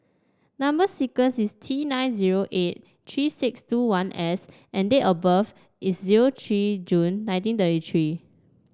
number sequence is T nine zero eight three six two one S and date of birth is zero three June nineteen thirty three